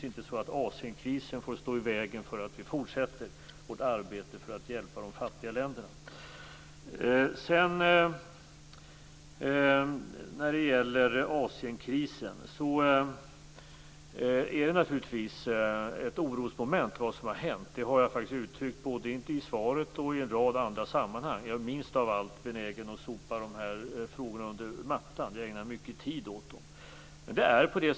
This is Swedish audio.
Asienkrisen får naturligtvis inte stå i vägen när vi skall fortsätta vårt arbete för att hjälpa de fattiga länderna. När det gäller Asienkrisen är det som har hänt naturligtvis ett orosmoment. Det har jag uttryckt både i svaret och i en rad andra sammanhang. Jag är minst av allt benägen att sopa de här frågorna under mattan. Jag ägnar mycken tid åt dem.